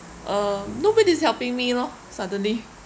uh nobody is helping me lor suddenly